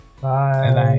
Bye